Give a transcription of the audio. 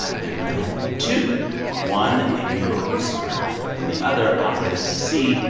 ah they're going to have two one in new york somewhere and the other outside of d c.